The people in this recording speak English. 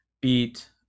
beat